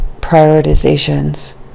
prioritizations